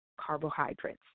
carbohydrates